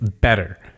better